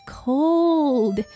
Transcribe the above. cold